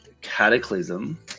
cataclysm